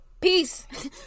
Peace